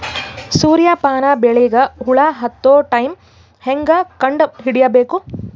ಸೂರ್ಯ ಪಾನ ಬೆಳಿಗ ಹುಳ ಹತ್ತೊ ಟೈಮ ಹೇಂಗ ಕಂಡ ಹಿಡಿಯಬೇಕು?